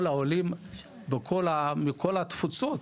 כל העולים מכל התפוצות